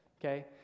okay